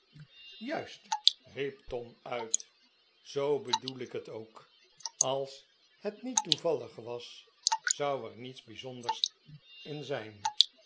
juist riep tom uit zoo bedoel ik het ook als het niet toevallig was zou er niets bijzonders in zijn